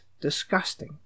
disgusting